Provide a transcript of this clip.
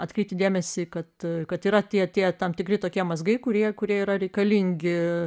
atkreipti dėmesį kad kad yra tie tie tam tikri tokie mazgai kurie kurie yra reikalingi